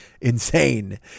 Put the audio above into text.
insane